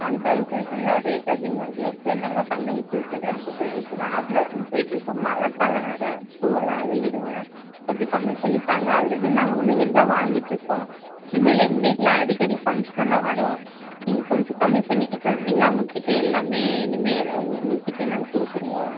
பண்டிகை சீசனில் ரேட்டு அதிகமாயிருக்கும் இப்போ என்னங்க பண்டிகை சீசன்னு இருக்குது இப்போ நார்மலாக தானங்க போய்கிட்ருக்கு மழைக்கலாம் வேறு பூவெல்லாம் அழுகிடும்ல கொஞ்சம் கம்மி பண்ணி தாங்க ஆல்ரெடி நாங்கள் உங்கள் கிட்டே தான் வாங்கிகிட்ருக்கோம் இனிமேல் எங்கள் வீட்டில் அடிக்கடி ஃபங்க்ஷனெலாம் வரும் நீங்கள் கொஞ்சம் கம்மி பண்ணி தந்தீங்கனால் உங்கள் கிட்டே எல்லாமே இனிமேல் உங் உங்கள் கிட்டேயே நாங்கள் கொடுத்துருவோம்